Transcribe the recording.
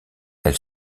elle